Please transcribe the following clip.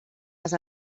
das